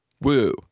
Woo